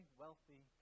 wealthy